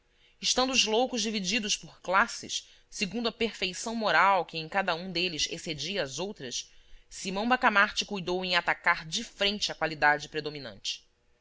os loucos divididos por classes segundo a perfeição moral que em cada um deles excedia às outras simão bacamarte cuidou em atacar de frente a qualidade predominante